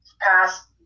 pass